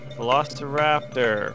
Velociraptor